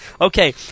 Okay